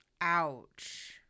Ouch